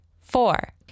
four